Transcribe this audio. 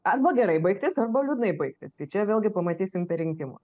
arba gerai baigtis arba liūdnai baigtis tai čia vėlgi pamatysim per rinkimu